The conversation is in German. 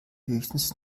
höchstens